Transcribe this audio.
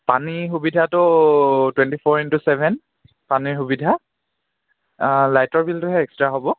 পানীৰ সুবিধাটো twenty four into seven পানীৰ সুবিধা লাইটৰ বিলটোহে এক্সট্ৰা হ'ব